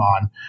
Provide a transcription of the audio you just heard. on